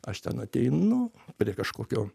aš ten ateinu prie kažkokio